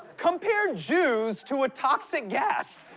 compare jews to a toxic gas.